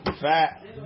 fat